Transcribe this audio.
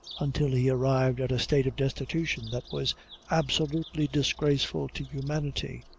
until he arrived at a state of destitution that was absolutely! disgraceful to humanity.